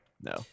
No